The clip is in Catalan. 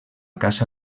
caça